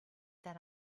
that